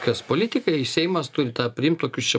kas politikai seimas turi tą priimt tokius